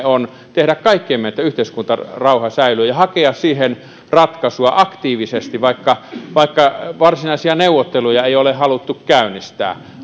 on velvollisuus tehdä kaikkemme että yhteiskuntarauha säilyy ja hakea siihen ratkaisua aktiivisesti vaikka vaikka varsinaisia neuvotteluja ei ole haluttu käynnistää